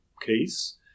case